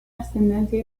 ascendencia